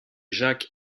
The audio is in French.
jacques